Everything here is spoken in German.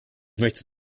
möchte